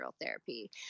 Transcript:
therapy